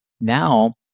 Now